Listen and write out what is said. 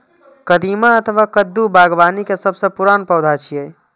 कदीमा अथवा कद्दू बागबानी के सबसं पुरान पौधा छियै